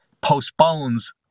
postpones